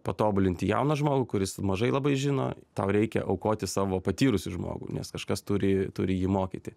patobulinti jauną žmogų kuris mažai labai žino tau reikia aukoti savo patyrusį žmogų nes kažkas turi turi jį mokyti